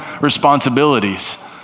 responsibilities